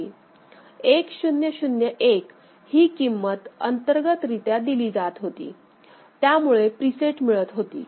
1001 ही किंमत अंतर्गतरित्या दिली जात होती त्यामुळे प्रीसेट मिळत होती